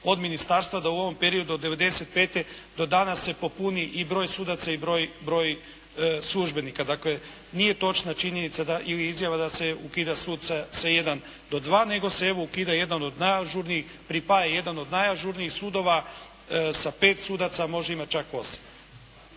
od ministarstva da u ovom periodu od 95. do danas se popuni i broj sudaca i broj službenika. Dakle nije točna činjenica ili izjava da se ukida suca sa jedan do dva, nego se evo ukida jedan od najažurnijih, pripaja jedan od najažurnijih sudova sa pet sudaca a može imati čak osam.